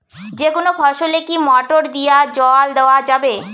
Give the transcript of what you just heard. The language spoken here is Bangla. যেকোনো ফসলে কি মোটর দিয়া জল দেওয়া যাবে?